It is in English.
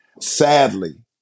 Sadly